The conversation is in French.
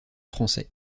français